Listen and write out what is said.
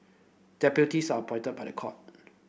deputies are appointed by the court